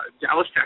Dallas